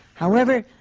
however,